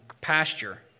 pasture